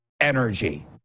energy